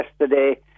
yesterday